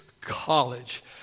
college